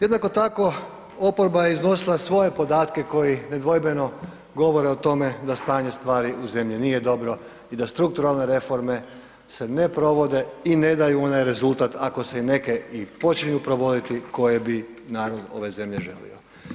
Jednako tako oporba je iznosila svoje podatke koji nedvojbeno govore o tome da stanje stvari u zemlji nije dobro i da strukturalne reforme se ne provode i ne daju onaj rezultat ako se i neke i počinju provoditi koje bi narod ove zemlje želio.